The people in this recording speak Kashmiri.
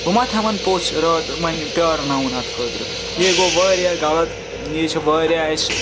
بہٕ مَہ تھاوَن پوٚژھ راتہٕ وَنہِ پیٛارناوُن اتھ خٲطرٕ یے گوٚو وارِیاہ غلط یے چھِ وارِیاہ اَسہِ